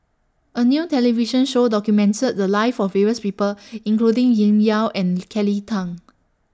A New television Show documented The Lives of various People including Yau and Kelly Tang